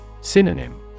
Synonym